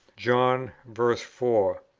john v. four.